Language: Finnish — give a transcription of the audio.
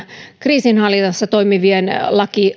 kriisinhallinnassa toimivien laki